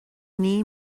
naoi